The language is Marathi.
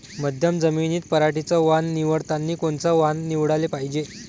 मध्यम जमीनीत पराटीचं वान निवडतानी कोनचं वान निवडाले पायजे?